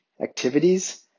activities